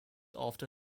after